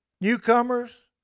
newcomers